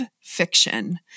fiction